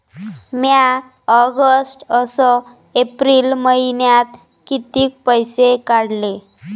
म्या ऑगस्ट अस एप्रिल मइन्यात कितीक पैसे काढले?